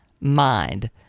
mind